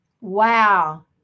Wow